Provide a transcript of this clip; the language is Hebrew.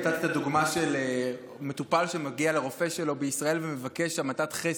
נתת את הדוגמה של מטופל שמגיע לרופא שלו בישראל ומבקש המתת חסד.